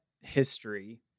history